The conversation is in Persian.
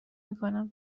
میکنم